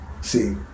See